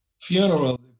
funeral